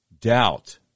doubt